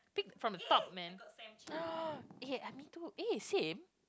from the top man I me too eh same